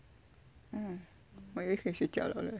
mm after this 可以睡觉了 leh